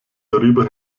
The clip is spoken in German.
darüber